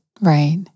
Right